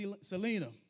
Selena